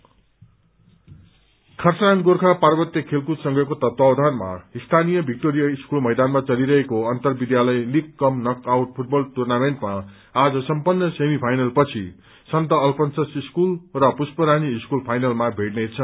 football Kurseong Gorkha पार्वतीय खेलकूद संघको तत्वावधानमा स्थानीय भिक्टोरिया स्कूल मैदानमा चलिरहेको खरसाङ अन्तर विद्यालय league cum knock out football टुनर्मिन्टमा आज सम्पन्न सेमी फाइनल पछि सन्त अल्फन्सस् स्कूल र पुष्पारानी स्कूल फाइनलमा भीइने छन्